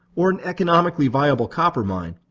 or an economically viable copper mine,